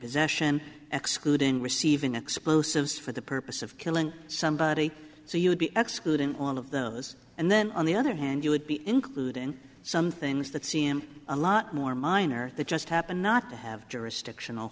possession excluding receiving explosives for the purpose of killing somebody so you would be excluding all of those and then on the other hand you would be including some things that seem a lot more minor that just happen not to have jurisdiction